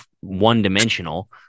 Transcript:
one-dimensional